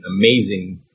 amazing